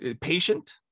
patient